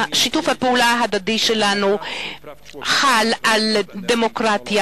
שיתוף הפעולה ההדדי שלנו חל על דמוקרטיה,